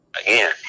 Again